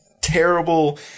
terrible